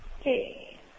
Okay